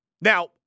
Now